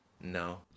No